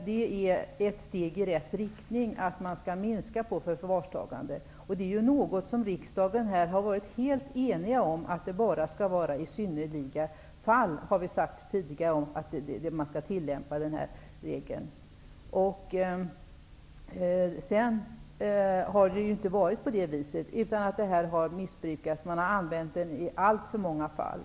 Det är ett steg i rätt riktning att minska förvarstagandet. Riksdagen har varit helt enig om att man bara skall tillämpa denna regel i fall av synnerliga skäl. Sedan har det inte skett på det viset, utan bestämmelsen har missbrukats. Man har använt den i alltför många fall.